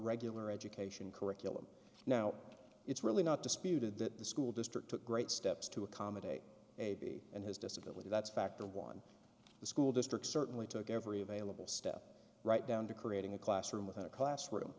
regular education curriculum now it's really not disputed that the school district took great steps to accommodate and his disability that's a factor one the school district certainly took every available step right down to creating a classroom with a classroom